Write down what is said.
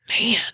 Man